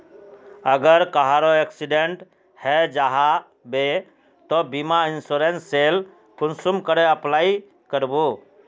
अगर कहारो एक्सीडेंट है जाहा बे तो बीमा इंश्योरेंस सेल कुंसम करे अप्लाई कर बो?